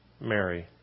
Mary